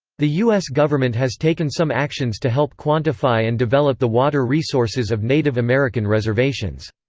the u s. government has taken some actions to help quantify and develop the water resources of native american reservations.